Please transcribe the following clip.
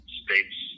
state's